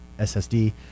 SSD